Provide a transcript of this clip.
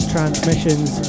Transmission's